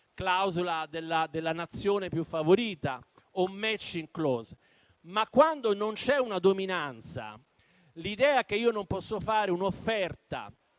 clausola della nazione più favorita o *matching clause*. Invece, quando non c'è una dominanza, l'idea che io non possa fare un'offerta